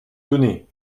tenez